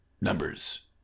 Numbers